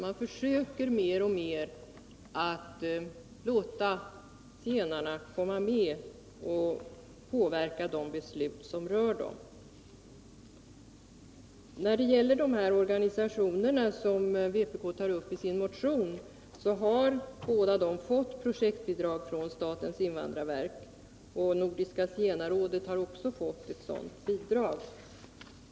Man försöker alltså mer och mer låta zigenarna vara med och påverka de beslut som rör dem. De båda organisationer som vpk tar upp i sin motion har fått projektbidrag från statens invandrarverk. Nordiska zigenarrådet har också fått ett sådant bidrag.